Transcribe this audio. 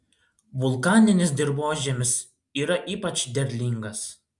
vulkaninis dirvožemis yra ypač derlingas